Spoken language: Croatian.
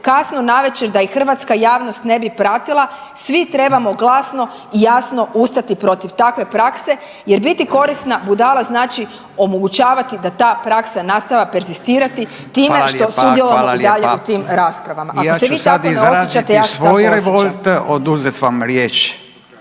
kasno navečer da ih hrvatska javnost ne bi pratila, svi trebamo glasno i jasno ustati protiv takve prakse jer biti korisna budala znači omogućavati da ta praksa nastavi perzistirati time što sudjelujemo i dalje u tim raspravama. …/Govornici govore u isto vrijeme./… ako se